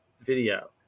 video